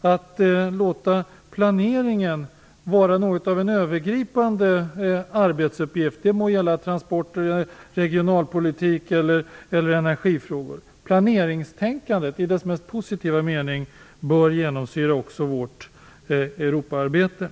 att låta planeringen vara något av en övergripande arbetsuppgift, det må gälla transporter, regionalpolitik eller energifrågor. Planeringstänkandet i dess mest positiva mening bör genomsyra vårt Europaarbete.